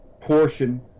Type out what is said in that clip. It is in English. portion